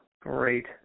Great